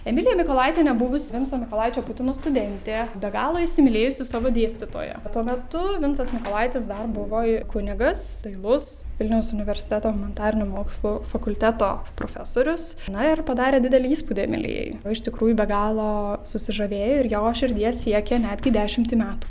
emilija mikolaitienė buvus vinco mykolaičio putino studentė be galo įsimylėjusi savo dėstytoją o tuo metu vincas mykolaitis dar buvo kunigas dailus vilniaus universiteto humanitarinių mokslų fakulteto profesorius na ir padarė didelį įspūdį emilijai o iš tikrųjų be galo susižavėjo ir jo širdies siekė netgi dešimtį metų